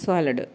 salad